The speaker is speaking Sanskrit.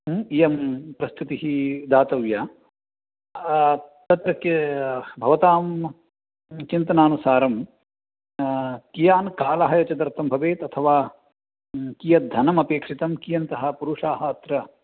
इयं प्रस्तुतिः दातव्या तत्र के भवतां चिन्तनानुसारं कियान् कालः एतदर्थं भवेत् अथवा कियद्धनमपेक्षितं कियन्तः पुरुषाः अत्र